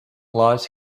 lot